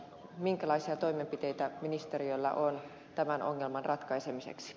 minkälaisia toimenpiteitä ministeriöllä on tämän ongelman ratkaisemiseksi